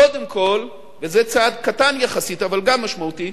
קודם כול, וזה צעד קטן יחסית, אבל גם משמעותי,